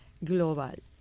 global